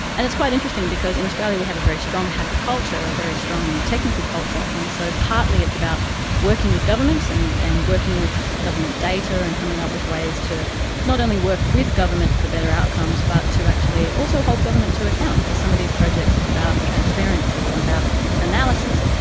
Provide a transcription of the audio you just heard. and it's quite interesting because in australia we have a very strong hacker culture, a very strong technical culture, and so partly it's about working with governments and and working with government data and coming up with ways to not only work with government for better outcomes but to actually also hold government to account, because some of these projects are about transparency and about analysis.